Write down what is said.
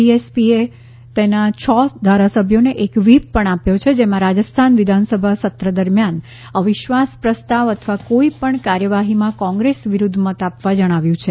બીએસપીએ તેના છ ધારાસભ્યોને એક વ્હિપ પણ આપ્યો છે જેમાં રાજસ્થાન વિધાનસભા સત્ર દરમિયાન અવિશ્વાસ પ્રસ્તાવ અથવા કોઈપણ કાર્યવાહીમાં કોંગ્રેસ વિરુદ્ધ મત આપવા જણાવ્યુ છે